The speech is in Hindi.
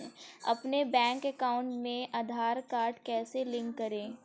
अपने बैंक अकाउंट में आधार कार्ड कैसे लिंक करें?